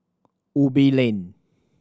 Ubi Link